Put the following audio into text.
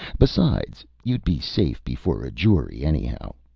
besides, you'd be safe before a jury, anyhow.